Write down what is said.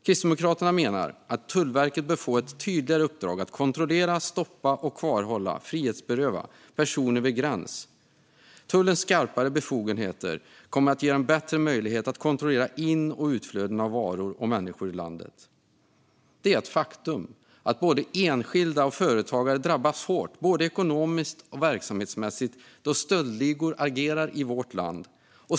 Kristdemokraterna menar att Tullverket bör få ett tydligare uppdrag att kontrollera, stoppa och kvarhålla, frihetsberöva, personer vid gräns. Tullens skarpare befogenheter kommer att ge den bättre möjlighet att kontrollera in och utflöden av varor och människor i landet. Det är ett faktum att både enskilda och företagare drabbas hårt både ekonomiskt och verksamhetsmässigt då stöldligor agerar i vårt land.